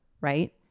right